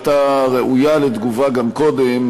הייתה ראויה לתגובה גם קודם,